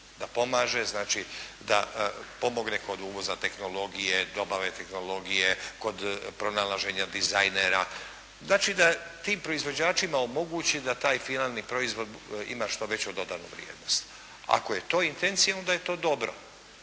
da pomaže, znači da pomogne kod uvoza tehnologije, dobave tehnologije, kod pronalaženja dizajnera. Znači da tim proizvođačima omogući da taj finalni proizvod ima što veću dodanu vrijednost. Ako je to intencija, onda je to dobro.